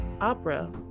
opera